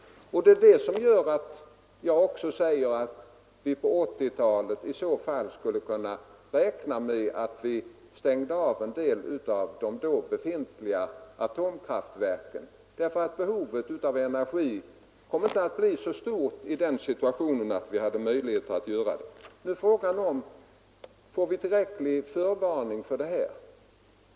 Det är också det som gör att jag säger att vi på 1980-talet i så fall skulle kunna räkna med att stänga av en del av de då befintliga atomkraftverken. Behovet av energi kommer inte att bli så stort i den situationen. Frågan är då: Får vi tillräcklig förvarning för att kunna göra det?